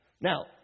Now